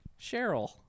Cheryl